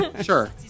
Sure